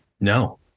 No